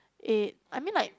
eight I mean like